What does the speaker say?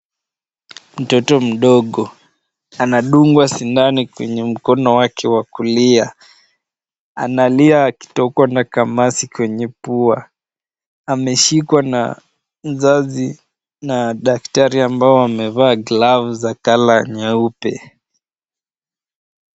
Mtoto mdogo anadungwa sindano kwenye mkono wake wa kulia. Analia akitokwa na kamasi kwenye pua. Ameshikwa na mzazi na daktari ambao wamevaa glavu za colour nyeupe.